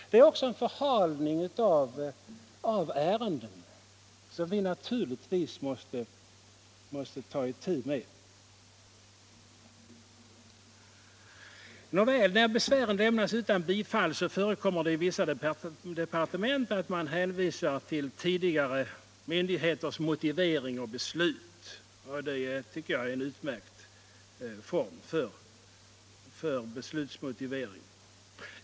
Det är också en förhalning av ärenden som vi naturligtvis måste ta itu med. Nåväl — när besvären lämnas utan bifall förekommer det i vissa departement att man hänvisar till tidigare motiveringar och beslut av myndigheter. Det tycker jag är en utmärkt form för beslutsmotivering.